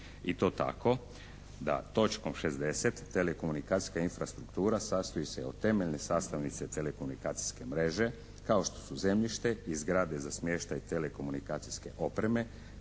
i to tako da točkom 60. telekomunikacijska infrastruktura sastoji se od temeljne sastavnice telekomunikacijske mreže kao što su zemljište i zgrade za smještaj telekomunikacijske opreme,